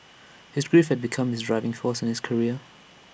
his grief had become his driving force in his career